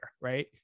right